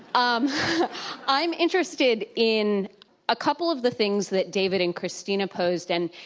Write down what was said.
um i am interested in a couple of the things that david and christina posed and